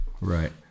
Right